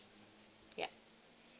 yup